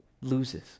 loses